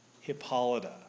Hippolyta